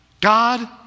God